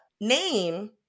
name